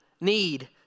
need